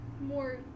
more